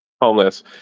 homeless